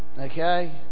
Okay